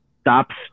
stops